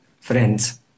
friends